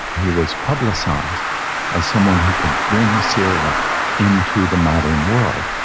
he was publicised as someone who could bring syria into the modern world.